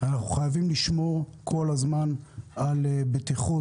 אנחנו חייבים לשמור כל הזמן על בטיחות,